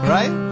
Right